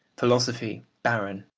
philosophy barren,